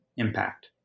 Impact